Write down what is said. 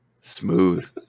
Smooth